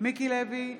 מיקי לוי,